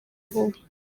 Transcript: vuba